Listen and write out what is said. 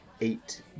eight